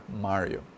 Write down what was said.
Mario